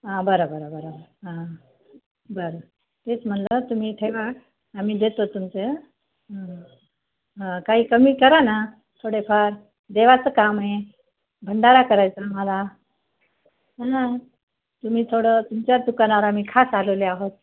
हां बरं बरं बरं बरं हां बरं तेच म्हणलं तुम्ही ठेवा आम्ही देतो तुमचं हां काही कमी करा ना थोडेफार देवाचं काम आहे भंडारा करायचं आम्हाला हं तुम्ही थोडं तुमच्या दुकानावर आम्ही खास आलेलो आहोत